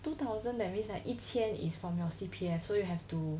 two thousand that means like 一千 is from your C_P_F so you have to